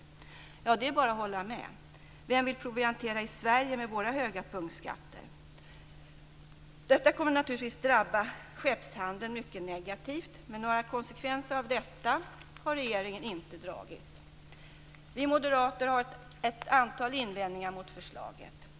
Det är bara att hålla med. Vem vill proviantera i Sverige med våra höga punktskatter? Detta kommer naturligtvis att drabba skeppshandeln mycket negativt, men några slutsatser av detta har regeringen inte dragit. Vi moderater har ett antal invändningar mot förslaget.